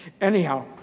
Anyhow